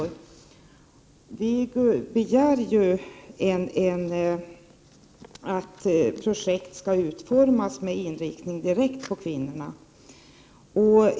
Vi begär ju att projektet skall utformas direkt med inriktning på kvinnorna.